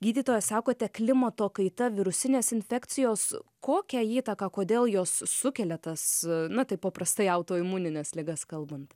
gydytoja sakote klimato kaita virusinės infekcijos kokią įtaką kodėl jos sukelia tas na taip paprastai autoimunines ligas kalbant